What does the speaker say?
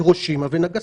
הירושימה ונגסקי.